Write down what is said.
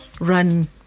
run